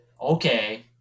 Okay